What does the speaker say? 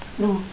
no